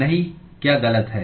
नहीं क्या गलत है